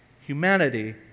Humanity